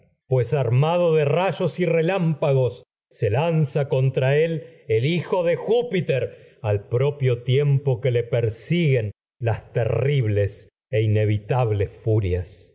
huracán armado de de rayos y relámpagos lanza contra él el le el hijo júpiter e al propio tiempo bles que persiguen nivoso las terribles se inevita furias